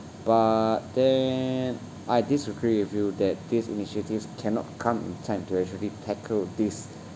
but then I disagree with you that these initiatives cannot come in time to actually the tackle these